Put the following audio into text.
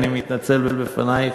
אני מתנצל בפנייך,